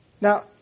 Now